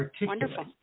wonderful